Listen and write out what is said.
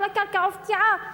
כל הקרקע הופקעה,